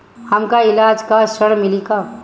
हमका ईलाज ला ऋण मिली का?